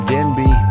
Denby